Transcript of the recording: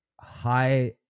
high